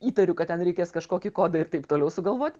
įtariu kad ten reikės kažkokį kodą ir taip toliau sugalvot